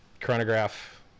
Chronograph